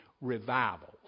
Revival